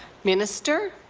minister?